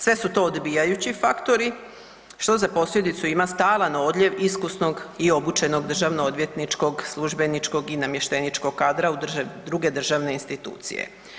Sve su to odbijajući faktori što za posljedicu ima stalan odljev iskusnog i obučenog državno-odvjetničkog službeničkog i namješteničkog kadra u druge državne institucije.